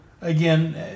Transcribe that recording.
again